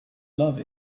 love